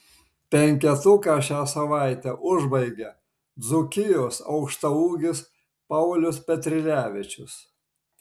penketuką šią savaitę užbaigia dzūkijos aukštaūgis paulius petrilevičius